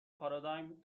پارادایم